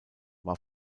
war